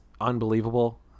unbelievable